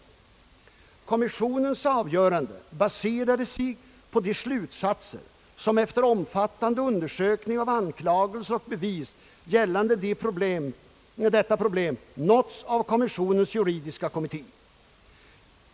Kom missionens avgörande baserade sig på de slutsatser som efter omfattande undersökning av anklagelser och bevis gällande detta problem nåtts av kommissionens juridiska kommitté.